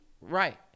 Right